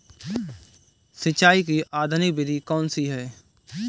सिंचाई की आधुनिक विधि कौनसी हैं?